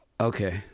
okay